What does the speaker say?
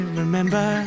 remember